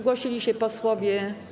Zgłosili się posłowie.